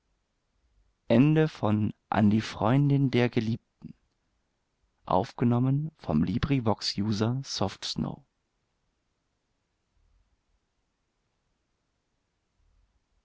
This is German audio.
an die freundin der geliebten